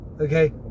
Okay